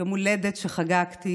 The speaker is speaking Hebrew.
יום הולדת שחגגתי